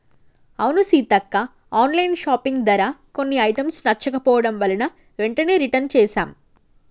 అవును సీతక్క online shopping ధర కొన్ని ఐటమ్స్ నచ్చకపోవడం వలన వెంటనే రిటన్ చేసాం